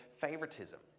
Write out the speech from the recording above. favoritism